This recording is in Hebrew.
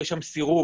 יהיה שם סירוב,